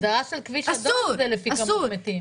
ההגדרה של כביש אדום זה לפי כמות מתים.